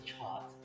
chart